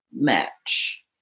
match